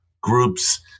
groups